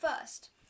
first